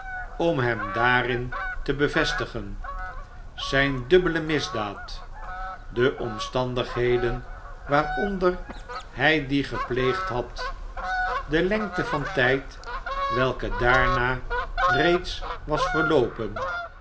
om hem daarin te bevestigen zijne dubbele misdaad de omstandigheden waaronder hij die gepleegd had de lengte van tijd vrelke daarna reeds was verloopen